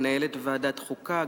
מנהלת ועדת החוקה,